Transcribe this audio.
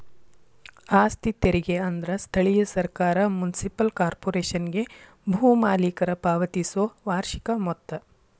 ಆಸ್ತಿ ತೆರಿಗೆ ಅಂದ್ರ ಸ್ಥಳೇಯ ಸರ್ಕಾರ ಮುನ್ಸಿಪಲ್ ಕಾರ್ಪೊರೇಶನ್ಗೆ ಭೂ ಮಾಲೇಕರ ಪಾವತಿಸೊ ವಾರ್ಷಿಕ ಮೊತ್ತ